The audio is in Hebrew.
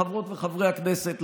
חברות וחברי הכנסת,